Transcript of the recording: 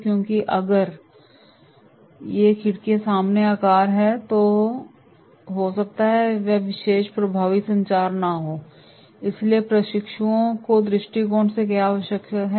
क्योंकि अगर ये खिड़कियां समान आकार की हैं तो हो सकता है कि यह विशेष प्रभावी संचार न हो इसलिए प्रशिक्षुओं के दृष्टिकोण से क्या आवश्यक है